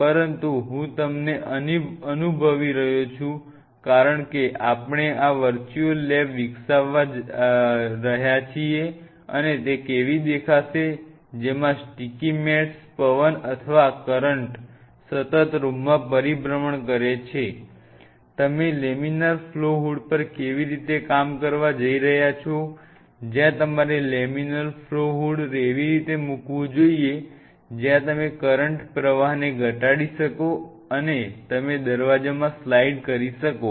પરંતુ હું તમને અનુભવી રહ્યો છું કારણ કે આપણે આ વર્ચ્યુઅલ લેબ વિકસાવી રહ્યા છીએ કે તે કેવી દેખાશે જેમાં સ્ટિકી મેટ્સ પવન અથવા કરંટ સતત રૂમમાં પરિભ્રમણ કરે છે તમે લેમિનાર ફ્લો હૂડ પર કેવી રીતે કામ કરવા જઈ રહ્યા છો જ્યાં તમારે લેમિનાર ફ્લો હૂડ એવી રીતે મૂકવું જોઈએ જ્યાં તમે કરંટ પ્રવાહને ઘટાડી શકો છો અને તમે દરવાજામાં સ્લાઇડ ક રી શકો છો